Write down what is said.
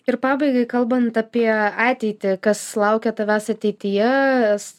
ir pabaigai kalbant apie ateitį kas laukia tavęs ateityje